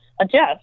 adjust